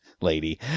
lady